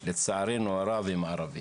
לצערנו הרב הם ערבים?